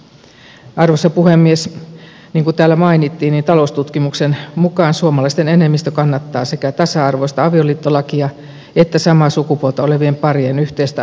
niin kun täällä mainittiin niin taloustutkimuksen mukaan suomalaisten enemmistö kannattaa sekä tasa arvoista avioliittolakia että samaa sukupuolta olevien parien yhteistä adoptio oikeutta